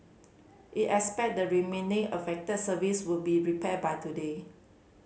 it expect the remaining affected service would be repaired by today